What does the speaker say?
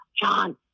John